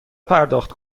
پرداخت